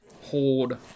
Hold